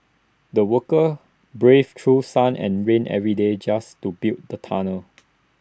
the workers braved through sun and rain every day just to build the tunnel